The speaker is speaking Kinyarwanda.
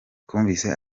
twumvise